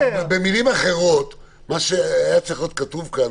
במילים אחרות, מה שהיה צריך להיות כתוב כאן